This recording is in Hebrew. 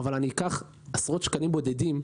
אבל אקח עשרות שקלים בודדים,